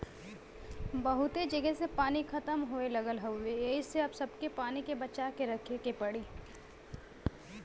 बहुते जगह से पानी खतम होये लगल हउवे एही से अब सबके पानी के बचा के रखे के पड़ी